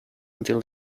until